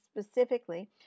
specifically